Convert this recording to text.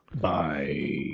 Bye